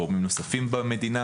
גורמים נוספים במדינה